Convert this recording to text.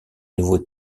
nouveau